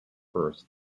first